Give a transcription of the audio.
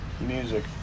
music